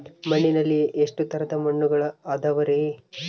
ಮಣ್ಣಿನಲ್ಲಿ ಎಷ್ಟು ತರದ ಮಣ್ಣುಗಳ ಅದವರಿ?